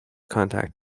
contact